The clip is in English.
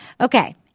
Okay